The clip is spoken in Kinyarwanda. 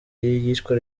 iyicwa